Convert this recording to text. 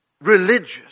religious